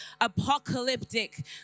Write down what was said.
apocalyptic